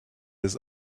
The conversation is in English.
his